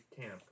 camp